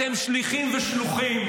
אתם שליחים ושלוחים,